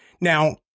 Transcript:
Now